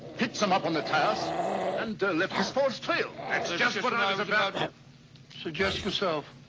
picked some up on the tires and left this false trail. just what and i was about to suggest myself.